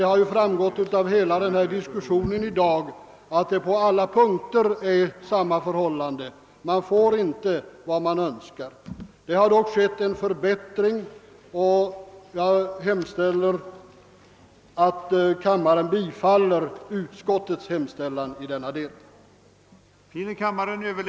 Det har ju framgått av den tidigare diskussionen här i dag att förhållandet är detsamma beträffande flertalet punkter: man kan inte få allt det man önskar. Det har dock skett en förbättring av bidraget till studerandehälsovården, och jag yrkar bifall till utskottets hemställan i denna del.